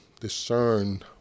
discern